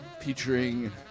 featuring